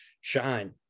shine